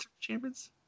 champions